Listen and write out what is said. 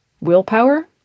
Willpower